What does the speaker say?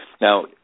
Now